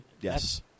Yes